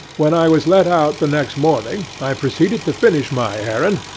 when i was let out the next morning, i proceeded to finish my errand,